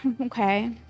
okay